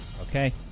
Okay